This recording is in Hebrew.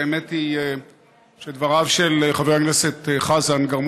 האמת היא שדבריו של חבר הכנסת חזן גרמו